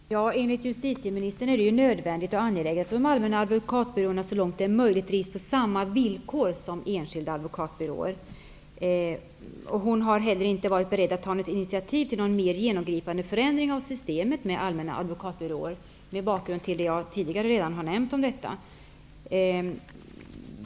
Herr talman! Enligt justitieministern är det nödvändigt och angeläget att de allmänna advokatbyråerna så långt som det är möjligt drivs på samma villkor som enskilda advokatbyråer. Hon har inte heller varit beredd att ta något initiativ till någon mer genomgripande förändring av systemet med allmänna advokatbyråer mot bakgrund av det som jag redan tidigare har nämnt om detta.